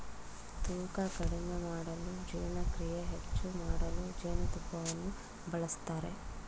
ತೂಕ ಕಡಿಮೆ ಮಾಡಲು ಜೀರ್ಣಕ್ರಿಯೆ ಹೆಚ್ಚು ಮಾಡಲು ಜೇನುತುಪ್ಪವನ್ನು ಬಳಸ್ತರೆ